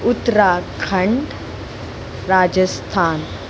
Uttarakhand Rajasthan